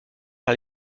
par